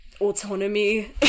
autonomy